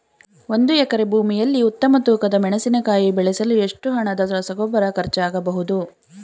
ಒಂದು ಎಕರೆ ಭೂಮಿಯಲ್ಲಿ ಉತ್ತಮ ತೂಕದ ಮೆಣಸಿನಕಾಯಿ ಬೆಳೆಸಲು ಎಷ್ಟು ಹಣದ ರಸಗೊಬ್ಬರ ಖರ್ಚಾಗಬಹುದು?